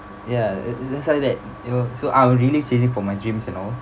ya it's something like that you know so I was really chasing for my dreams and all